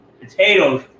potatoes